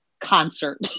concert